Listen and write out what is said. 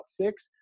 six